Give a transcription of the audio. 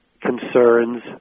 concerns